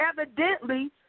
evidently